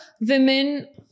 women